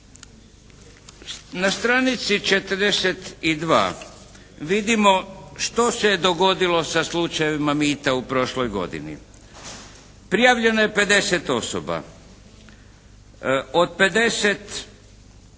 Na stranici 42 vidimo što se je dogodilo sa slučajevima mita u prošloj godini. Prijavljeno je 50 osoba, od 50